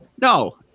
No